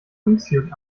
wingsuit